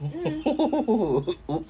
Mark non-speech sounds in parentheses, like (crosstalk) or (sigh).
(noise) !oops!